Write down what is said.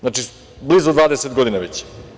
Znači, blizu 20 godina već.